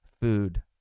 Food